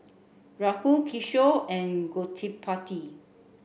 Rahul Kishore and Gottipati